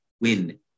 win